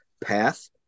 path